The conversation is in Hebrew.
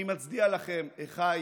אני מצדיע לכם, אחיי